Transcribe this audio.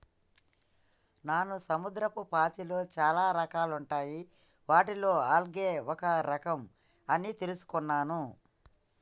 నాను సముద్రపు పాచిలో చాలా రకాలుంటాయి వాటిలో ఆల్గే ఒక రఖం అని తెలుసుకున్నాను